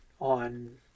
on